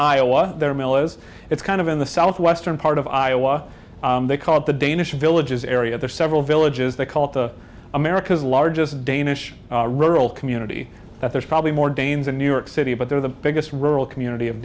iowa their militias it's kind of in the southwestern part of iowa they call it the danish villages area there are several villages they call it the america's largest danish rural community that there's probably more danes in new york city but they're the biggest rural community of